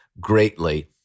greatly